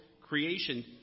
creation